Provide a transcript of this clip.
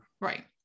Right